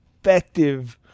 effective